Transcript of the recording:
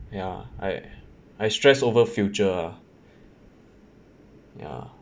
ya I I stressed over future lah ya